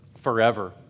forever